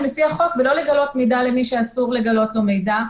לפי החוק ולא לגלות מידע למי שאסור לגלות לו מידע.